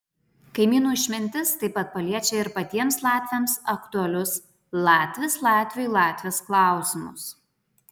kaimynų išmintis taip pat paliečia ir patiems latviams aktualius latvis latviui latvis klausimus